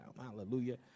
hallelujah